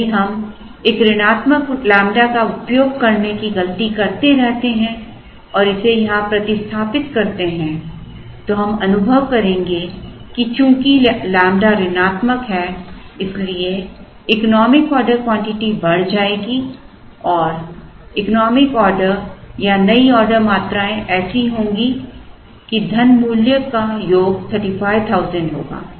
यदि हम एक ऋणात्मक लैम्ब्डा का उपयोग करने की गलती करते रहते हैं और इसे यहां प्रतिस्थापित करते हैं तो हम अनुभव करेंगे कि चूंकि लैम्ब्डा ऋणात्मक है इसलिए इकोनॉमिक ऑर्डर क्वांटिटी बढ़ जाएगी और इकोनॉमिक ऑर्डर या नई ऑर्डर मात्राएं ऐसी होंगी कि धन मूल्य का योग 35000 होगा